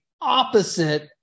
opposite